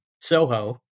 Soho